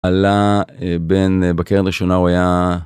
עלה בן בקרן ראשונה, הוא היה...